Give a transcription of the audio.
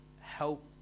help